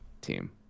team